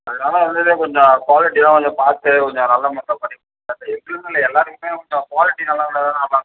அதனால வந்து கொஞ்சம் குவாலிட்டிலாம் கொஞ்சம் பார்த்து கொஞ்சம் நல்ல முறையில் பண்ணி கொடுங்க எங்களுக்குன்னு இல்லை எல்லோருக்குமே கொஞ்சம் குவாலிட்டி நல்லா இருந்தால் தானே